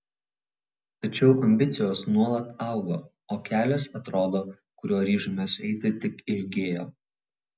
tačiau ambicijos nuolat augo o kelias atrodo kuriuo ryžomės eiti tik ilgėjo